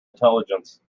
intelligence